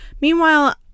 Meanwhile